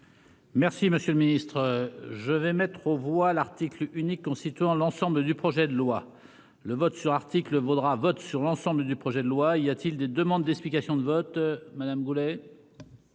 Merci, monsieur le Ministre, je vais mettre aux voix l'article unique constituant l'ensemble du projet de loi, le vote sur article vaudra vote sur l'ensemble du projet de loi il y a-t-il des demandes d'explications de vote Madame Goulet.